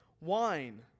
wine